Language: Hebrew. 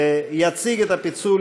נתקבל.